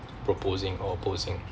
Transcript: proposing or opposing